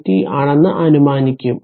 t ആണെന്ന് അനുമാനിക്കും